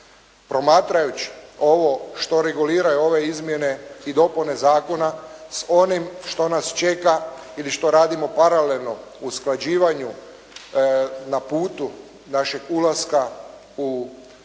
Promatrajući ovo što reguliraju ove izmjene i dopune zakona s onim što nas čeka ili što radimo paralelno usklađivanju na putu našeg ulaska u Europsku